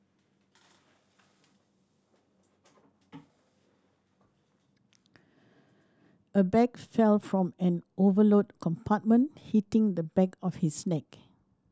a bag fell from an overload compartment hitting the back of his neck